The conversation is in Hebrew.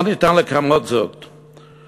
לא ניתן לכמת את המספר,